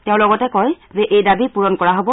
তেওঁ লগতে কয় যে এই দাবী পূৰণ কৰা হ'ব